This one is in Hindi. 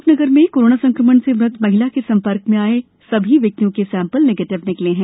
अशोकनगर जिले कोरोना संक्रमण से मृत महिला के संपर्क में आए हए सभी व्यक्तियों के सेम्पल निगेटिव निकले है